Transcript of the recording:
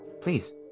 Please